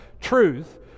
truth